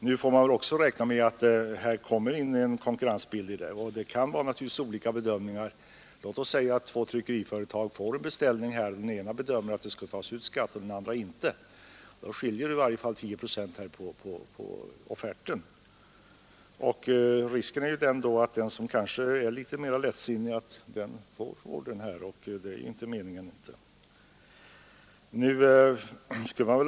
Man får också räkna med att det kommer konkurrens med i bilden och att olika företag kan göra olika bedömningar. Låt oss säga att två tryckeriföretag får en beställning: det ena bedömmer att det skall tas ut skatt och det andra att det inte skall tas ut skatt. Då skiljer det i varje fall tio procent på offerten; risken är att den som kanske är litet mer lättsinnig får ordern — och det är inte meningen!